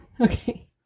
Okay